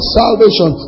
salvation